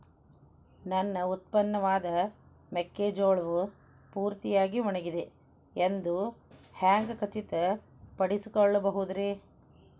ನನ್ನ ಉತ್ಪನ್ನವಾದ ಮೆಕ್ಕೆಜೋಳವು ಪೂರ್ತಿಯಾಗಿ ಒಣಗಿದೆ ಎಂದು ಹ್ಯಾಂಗ ಖಚಿತ ಪಡಿಸಿಕೊಳ್ಳಬಹುದರೇ?